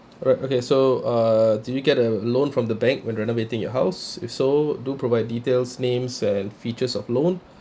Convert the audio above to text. alright okay so err do you get a loan from the bank when renovating your house if so do provide details names and features of loan